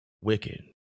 wicked